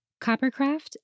Coppercraft